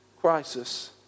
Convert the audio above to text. crisis